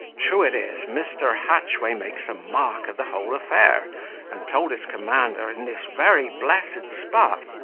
true it is, mr. hatchway makes a mock of the whole affair and told his commander, in this very blessed spot,